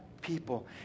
people